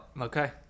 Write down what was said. Okay